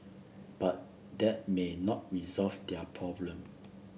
but that may not resolve their problem